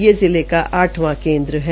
ये जिले का आठवां केन्द्र है